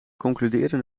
concluderen